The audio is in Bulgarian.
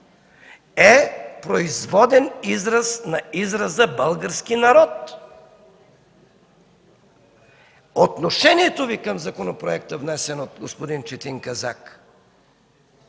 е производен израз на израза „български народ”. Отношението Ви към законопроекта, внесен от господин Четин Казак